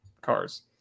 cars